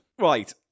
right